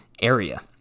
area